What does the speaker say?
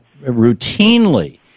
routinely